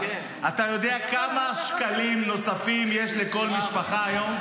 אתה יודע כמה שקלים נוספים יש לכל משפחה היום?